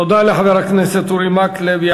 תודה לחבר הכנסת אורי מקלב.